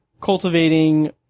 cultivating